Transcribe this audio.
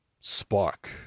spark